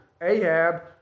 Ahab